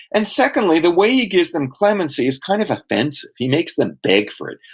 and secondly, the way he gives them clemency is kind of offensive. he makes them beg for it.